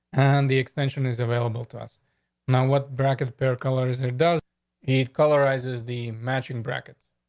and the extension is available to us now. what bracket pair colors there. does he colorize? is the matching bracket?